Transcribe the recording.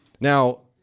Now